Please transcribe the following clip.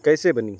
کیسے بنی